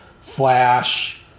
Flash